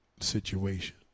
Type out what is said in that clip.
situation